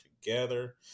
together